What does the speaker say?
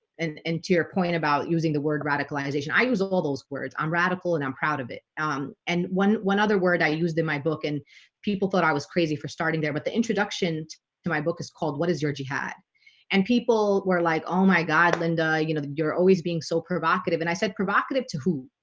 and to your point about using the word radical ionization, i use of all those words on radical and i'm proud of it um and one one other word i used in my book and people thought i was crazy for starting there but the introduction to my book is called what is your jihad and people were like, oh my god, linda, you know, you're always being so provocative and i said provocative who?